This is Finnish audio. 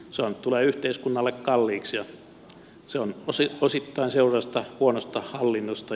se tulee yhteiskunnalle kalliiksi ja on osittain seurausta huonosta hallinnosta